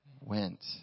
went